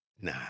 Nah